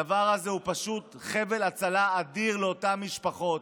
הדבר הזה הוא פשוט חבל הצלה אדיר לאותן משפחות.